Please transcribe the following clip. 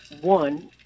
one